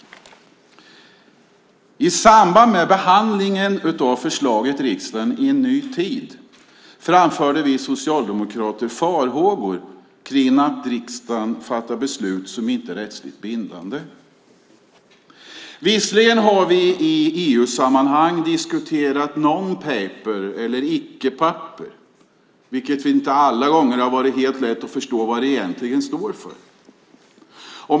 I samband med behandlingen av förslaget Riksdagen i en ny tid framförde vi socialdemokrater farhågor om att riksdagen fattar beslut som inte är rättsligt bindande. Visserligen har vi i EU-sammanhang diskuterat icke-papper. Det har inte alla gånger varit helt lätt att förstå vad det egentligen står för.